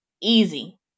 easy